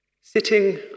sitting